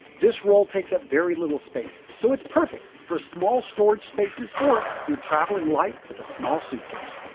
this roll takes up very little space, so it's perfect for small storage spaces or you're traveling light with a small suitcase.